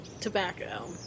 tobacco